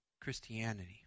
Christianity